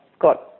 got